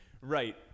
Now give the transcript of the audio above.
Right